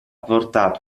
portato